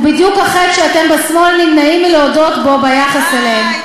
בדיוק החטא שאתם בשמאל נמנעים מלהודות בו ביחס אליהן,